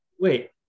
wait